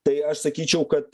tai aš sakyčiau kad